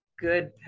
good